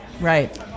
Right